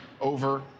over